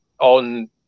on